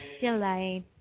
delight